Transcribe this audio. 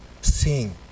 sing